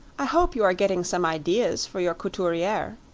i hope you are getting some ideas for your couturiere?